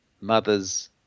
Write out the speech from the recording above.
mother's